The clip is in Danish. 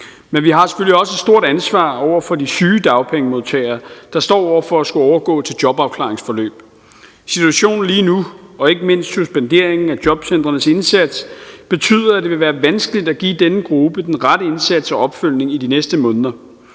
Men vi har selvfølgelig også et stort ansvar over for de syge dagpengemodtagere, der står over for at skulle overgå til jobafklaringsforløb. Situationen lige nu og ikke mindst suspenderingen af jobcentrenes indsats betyder, at det vil være vanskeligt at give denne gruppe den rette indsats og opfølgning i de næste måneder.